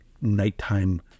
nighttime